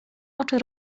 oczy